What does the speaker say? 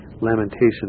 Lamentation